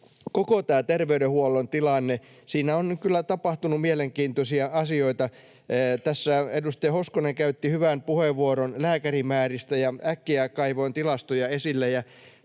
tämä terveydenhuollon tilanne: Siinä on kyllä tapahtunut mielenkiintoisia asioita. Tässä edustaja Hoskonen käytti hyvän puheenvuoron lääkärimääristä, ja äkkiä kaivoin tilastoja esille